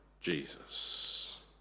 Jesus